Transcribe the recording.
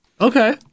Okay